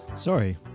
sorry